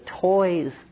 toys